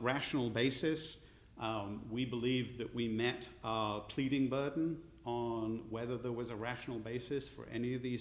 rational basis we believe that we met pleading burden on whether there was a rational basis for any of these